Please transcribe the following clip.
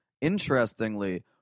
interestingly